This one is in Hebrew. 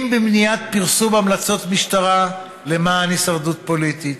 אם במניעת פרסום המלצות משטרה למען הישרדות פוליטית,